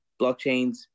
blockchains